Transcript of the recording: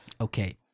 Okay